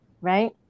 right